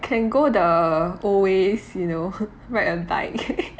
can go the old ways you know ride a bike